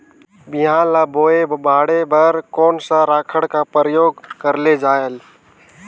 बिहान ल बोये बाढे बर कोन सा राखड कर प्रयोग करले जायेल?